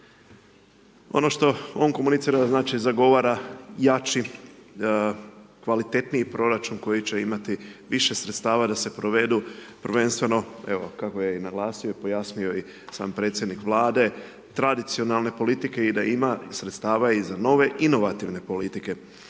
Ono što on komunicira, znači, zagovara jači, kvalitetniji proračun koji će imati više sredstava da se provedu prvenstveno, evo kako je i naglasio i pojasnio i sam predsjednik Vlade, tradicionalne politike i da ima sredstava i za nove inovativne politike.